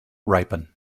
ripen